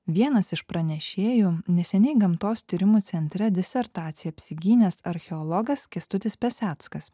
vienas iš pranešėjų neseniai gamtos tyrimų centre disertaciją apsigynęs archeologas kęstutis peseckas